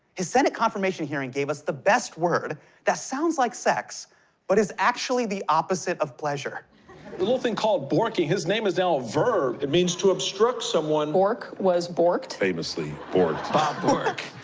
his senate confirmation hearing gave us the best word that sounds like sex but is actually the opposite of pleasure. the little thing called borking, his name is now a verb. it means to obstruct someone. bork was borked. famously borked. bob bork,